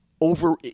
Over